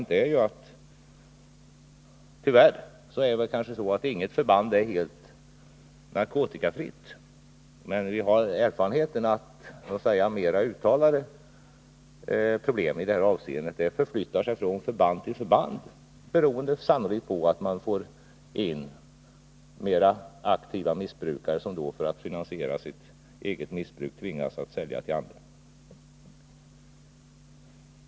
Tyvärr är det väl så att inget förband är helt narkotikafritt, men vi har erfarenheten att de mer uttalade problemen i det här avseendet förflyttar sig från förband till förband, sannolikt beroende på att man får in mera aktiva missbrukare som för att finansiera sitt eget missbruk tvingas sälja till andra.